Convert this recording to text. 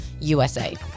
USA